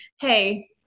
hey